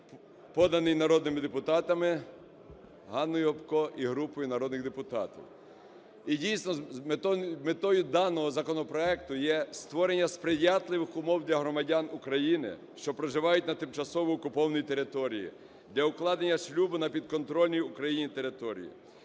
поданий народними депутатами ГанноюГопко і групою народних депутатів. І дійсно метою даного законопроекту є створення сприятливих умов для громадян України, що проживають на тимчасово окупованій території, для укладення шлюбу на підконтрольній Україні території.